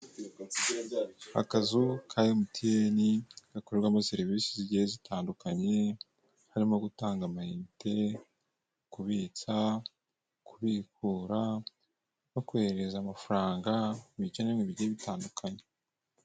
Akazu ka mtn gakorerwamo serivise zigiye zitandukanye harimo gutanga amayinite kubitsa, kubikura, no koherereza amafaranga mubice hirya no hino bigiye bitandukanye.